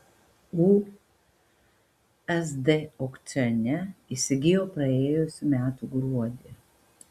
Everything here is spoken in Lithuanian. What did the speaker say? usd aukcione įsigijo praėjusių metų gruodį